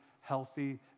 healthy